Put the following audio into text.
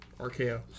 RKO